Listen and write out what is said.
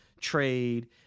trade